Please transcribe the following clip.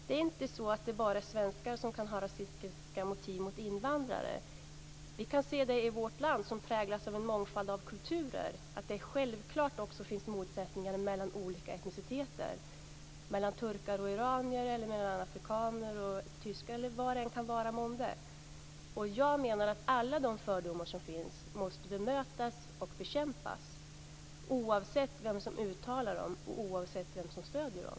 Det är inte bara svenskar som kan ha rasistiska motiv när det gäller invandrare. I vårt land som präglas av en mångfald av kulturer kan vi se att det självklart också finns motsättningar mellan olika etniciteter, mellan turkar och iranier, mellan afrikaner och tyskar eller vad det vara månde. Jag menar att alla de fördomar som finns måste bemötas och bekämpas, oavsett vem som uttalar dem och oavsett vem som stöder dem.